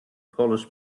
polish